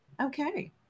Okay